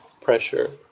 pressure